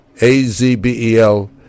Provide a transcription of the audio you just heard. A-Z-B-E-L